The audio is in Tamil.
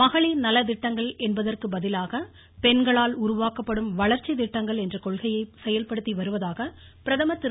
மகளிர் நலத்திட்டங்கள் என்பதற்கு பதிலாக பெண்களால் உருவாக்கப்படும் வளர்ச்சி திட்டங்கள் என்ற கொள்கையை செயல்படுத்தி வருவதாக பிரதமர் திரு